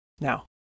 Now